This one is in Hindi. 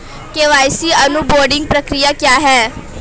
के.वाई.सी ऑनबोर्डिंग प्रक्रिया क्या है?